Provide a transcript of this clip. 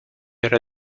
era